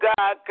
God